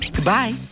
Goodbye